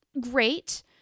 great